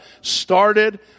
started